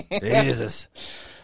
Jesus